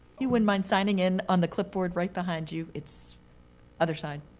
you wouldn't mind signing in on the clipboard right behind you it's other side,